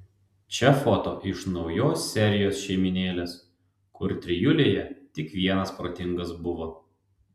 čia foto iš naujos serijos šeimynėlės kur trijulėje tik vienas protingas buvo